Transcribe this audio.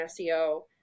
SEO